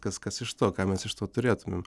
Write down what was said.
kas kas iš to ką mes iš to turėtumėm